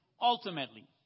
Ultimately